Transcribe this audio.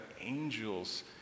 angels